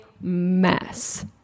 mess